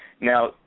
Now